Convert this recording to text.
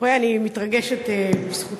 אני מתרגשת בזכותך.